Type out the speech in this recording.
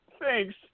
thanks